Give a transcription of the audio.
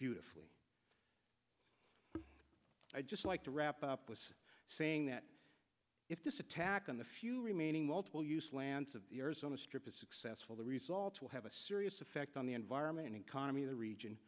beautifully i just like to wrap up was saying that if this attack on the few remaining multiple use lands of the earth on the strip is successful the result will have a serious effect on the environment economy the region